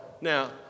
Now